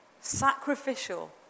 sacrificial